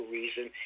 reason